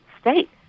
state